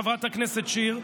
חברת הכנסת שיר,